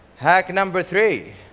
hack number three,